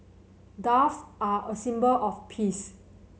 doves are a symbol of peace